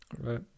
right